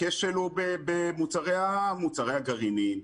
הכשל הוא במוצרי הגרעינים,